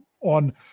on